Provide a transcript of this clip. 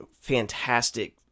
fantastic